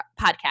podcast